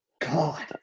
God